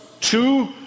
two